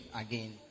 again